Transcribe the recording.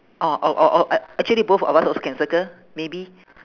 or or or or I actually both of us also can circle maybe